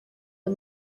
aya